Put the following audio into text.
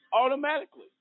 automatically